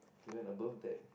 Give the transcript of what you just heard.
to that above that